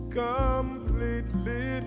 completely